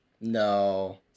No